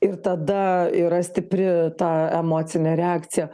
ir tada yra stipri ta emocinė reakcija